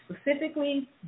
specifically